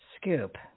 scoop